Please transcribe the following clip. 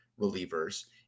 relievers